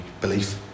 belief